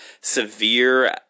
severe